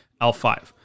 L5